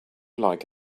like